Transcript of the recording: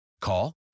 Call